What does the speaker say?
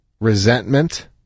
resentment